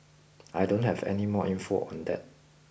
I don't have any more info than that